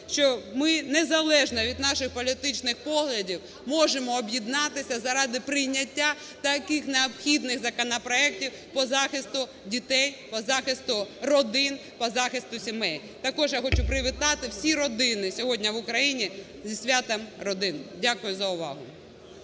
що ми, незалежно від наших політичних поглядів, можемо об'єднатися заради прийняття таких необхідних законопроектів по захисту дітей, по захисту родин, по захисту сімей. Також я хочу привітати всі родини сьогодні в Україні зі світом родин! Дякую за увагу.